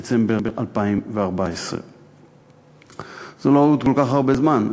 בדצמבר 2014. זה לא עוד כל כך הרבה זמן,